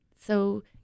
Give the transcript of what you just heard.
So-